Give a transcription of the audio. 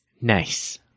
Nice